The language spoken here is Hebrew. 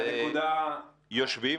יושבים,